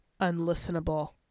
unlistenable